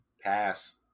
Pass